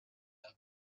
them